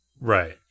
Right